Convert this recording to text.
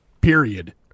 period